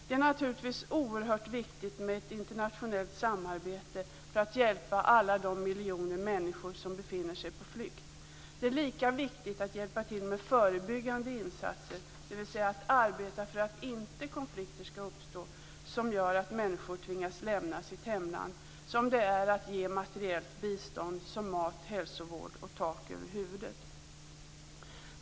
Det är naturligtvis oerhört viktigt med ett internationellt samarbete för att hjälpa alla de miljoner människor som befinner sig på flykt. Det är lika viktigt att hjälpa till med förebyggande insatser, dvs. att arbeta för att konflikter som gör att människor tvingas lämna sitt hemland inte skall uppstå, som det är att ge materiellt bistånd som mat, hälsovård och tak över huvudet.